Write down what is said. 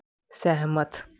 सहमत